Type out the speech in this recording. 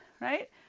Right